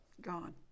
gone